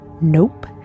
Nope